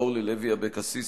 אורלי לוי אבקסיס,